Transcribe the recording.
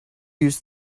use